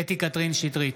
קטי קטרין שטרית,